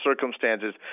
circumstances